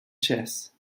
chess